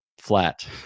flat